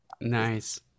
Nice